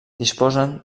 disposen